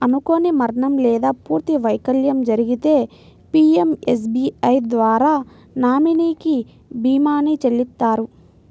అనుకోని మరణం లేదా పూర్తి వైకల్యం జరిగితే పీయంఎస్బీఐ ద్వారా నామినీకి భీమాని చెల్లిత్తారు